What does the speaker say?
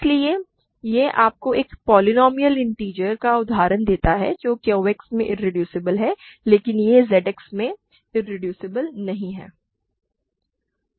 इसलिए यह आपको एक पोलीनोमिअल इन्टिजर का उदाहरण देता है जो Q X में इरेड्यूसिबल है लेकिन यह Z X में इरेड्यूसिबल नहीं है